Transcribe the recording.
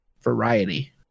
variety